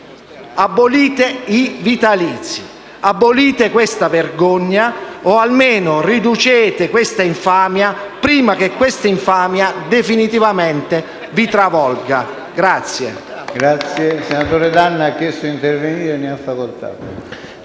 abolite i vitalizi, abolite questa vergogna o almeno riducete questa infamia, prima che questa infamia definitivamente vi travolga.